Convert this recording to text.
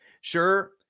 Sure